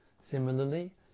Similarly